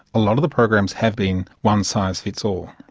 a lot of the programs have been one size fits all.